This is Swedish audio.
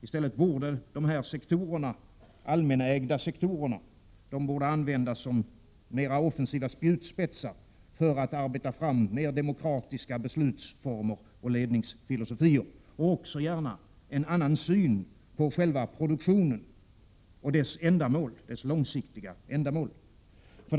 I stället borde de allmänägda sektorerna användas som mer offensiva spjutspetsar när det gäller att arbeta fram mer demokratiska beslutsformer och ledningsfilosofier. Dessutom handlar det om att skapa en annan syn på själva produktionen och på det långsiktiga ändamålet med denna.